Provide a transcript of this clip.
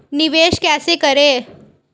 निवेश कैसे करें?